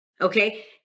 Okay